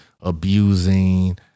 abusing